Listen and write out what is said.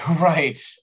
Right